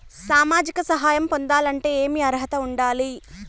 సామాజిక సహాయం పొందాలంటే ఏమి అర్హత ఉండాలి?